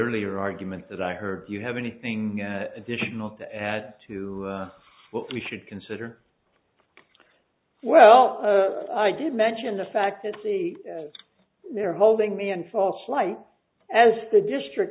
earlier argument that i heard you have anything additional to add to what we should consider well i did mention the fact that see they're holding me in false light as the district